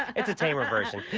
it's a tamer version.